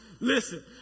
listen